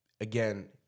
again